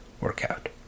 workout